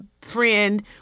friend